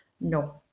no